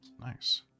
Nice